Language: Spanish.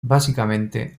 básicamente